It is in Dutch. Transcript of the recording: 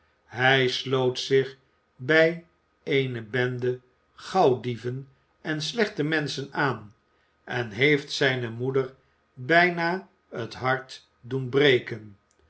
hij sloot zich bij eene bende gauwdieven en slechte menschen aan en heeft zijne moeder bijna het hart doen breken